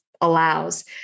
allows